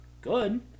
good